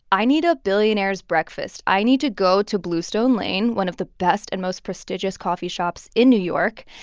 i need a billionaire's breakfast i need to go to bluestone lane, one of the best and most prestigious coffee shops in new york,